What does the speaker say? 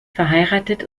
verheiratet